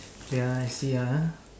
wait ah I see ah